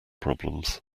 problems